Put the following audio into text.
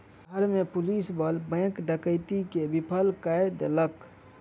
शहर में पुलिस बल बैंक डकैती के विफल कय देलक